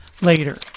later